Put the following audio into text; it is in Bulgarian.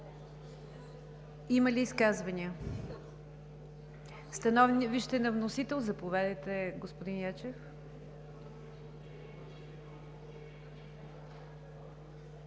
Има ли изказвания? Становище на вносител – заповядайте, господин Ячев.